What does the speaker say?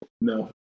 No